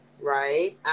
right